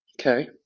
Okay